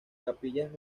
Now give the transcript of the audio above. capillas